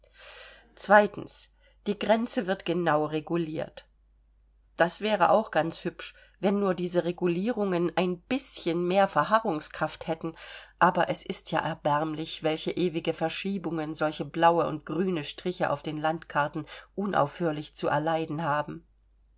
die grenze wird genau reguliert das wäre auch ganz hübsch wenn nur diese regulierungen ein bischen mehr verharrungskraft hätten aber es ist ja erbärmlich welche ewige verschiebungen solche blaue und grüne striche auf den landkarten unaufhörlich zu erleiden haben